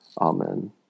Amen